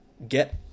get